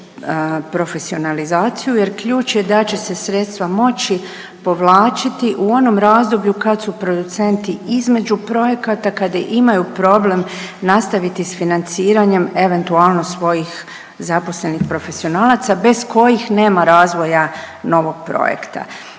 profesionalizaciju jer ključ je da će se sredstva moći povlačiti u onom razdoblju kad su producenti između projekata, kada imaju problem nastaviti s financiranjem eventualno svojih zaposlenih profesionalaca bez kojih nema razvoja novog projekta.